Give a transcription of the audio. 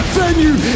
venue